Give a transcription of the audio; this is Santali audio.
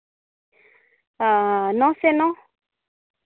ᱚᱸᱻ ᱱᱚ ᱥᱮ ᱱᱚ